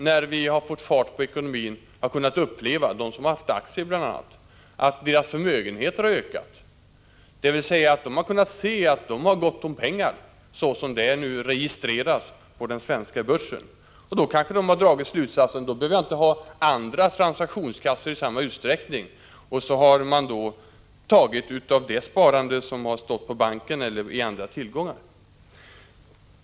När vi fått fart på ekonomin har man i bl.a. de hushåll där man haft aktier kunnat uppleva att den egna förmögenheten har ökat. Man har alltså funnit sig ha gott om pengar, såsom det registreras på den svenska börsen. Och då har man kanske dragit slutsatsen att man inte behöver ha andra transaktionskassor i samma utsträckning, utan man har tagit av det sparande som stått i bank eller funnits i andra tillgångar.